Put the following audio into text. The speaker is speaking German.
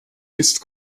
ist